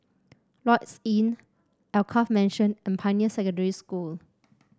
Lloyds Inn Alkaff Mansion and Pioneer Secondary School